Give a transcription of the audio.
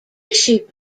issue